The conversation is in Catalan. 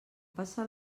passa